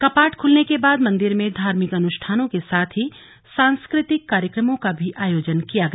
कपाट खुलने के बाद मंदिर में धार्मिक अनुष्ठानों के साथ ही सांस्कृतिक कार्यक्रमों का भी आयोजन होगा